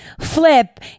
flip